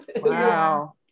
Wow